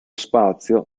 spazio